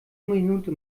minute